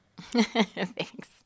thanks